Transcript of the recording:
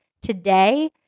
today